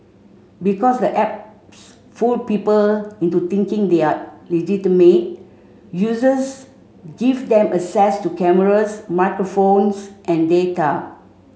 because the apps fool people into thinking they are legitimate users give them access to cameras microphones and data